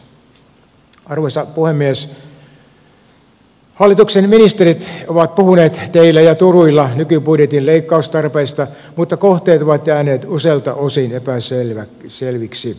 hallituksen ministerit ovat puhuneet teillä ja turuilla nykybudjetin leikkaustarpeista mutta kohteet ovat jääneet useilta osin epäselviksi